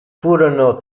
furono